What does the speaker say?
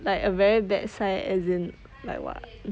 like a very bad sign as in like [what]